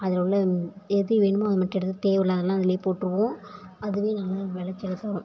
அதில் உள்ள எது வேணுமோ அது மட்டும் எடுத்துகிட்டு தேவைல்லாததெல்லாம் அதிலையே போட்டிருவோம் அதுவே நல்ல விளச்சல தரும்